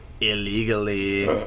illegally